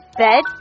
bed